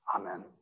Amen